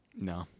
No